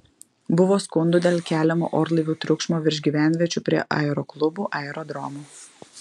buvo skundų dėl keliamo orlaivių triukšmo virš gyvenviečių prie aeroklubų aerodromų